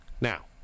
Now